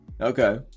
Okay